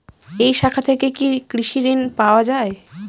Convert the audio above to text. এই শাখা থেকে কি কৃষি ঋণ পাওয়া যায়?